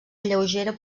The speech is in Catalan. lleugera